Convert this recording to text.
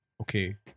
okay